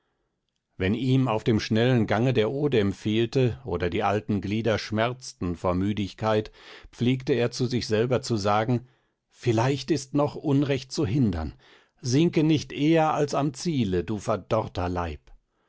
wenn ihm auf dem schnellen gange der otem fehlte oder die alten glieder schmerzten vor müdigkeit pflegte er zu sich selber zu sagen vielleicht ist noch unrecht zu hindern sinke nicht eher als am ziele du verdorrter leib